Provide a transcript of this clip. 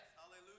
hallelujah